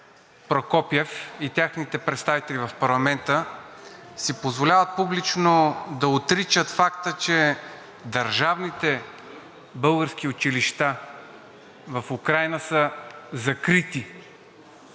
Прокопиев и техните представители в парламента си позволяват публично да отричат факта, че държавните български училища в Украйна са закрити.